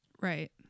right